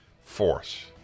force